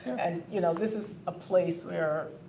and you know, this is a place where.